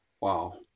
Wow